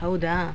ಹೌದಾ